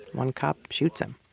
one cop shoots him